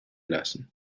lassen